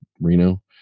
Reno